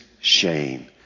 shame